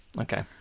Okay